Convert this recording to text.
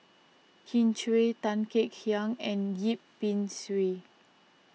Kin Chui Tan Kek Hiang and Yip Pin Xiu